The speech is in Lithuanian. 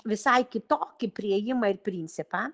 visai kitokį priėjimą ir principą